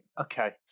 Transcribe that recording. Okay